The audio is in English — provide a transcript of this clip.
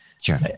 Sure